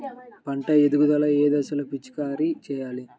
పంట ఎదుగుదల ఏ దశలో పిచికారీ చేయాలి?